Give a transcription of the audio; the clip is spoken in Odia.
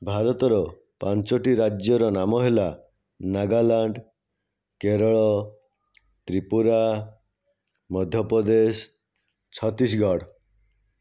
ଭାରତର ପାଞ୍ଚୋଟି ରାଜ୍ୟର ନାମ ହେଲା ନାଗାଲାଣ୍ଡ କେରଳ ତ୍ରିପୁରା ମଧ୍ୟପ୍ରଦେଶ ଛତିଶଗଡ଼